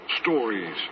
stories